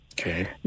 Okay